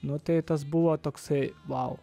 nu tai tas buvo toksai vau